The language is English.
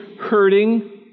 hurting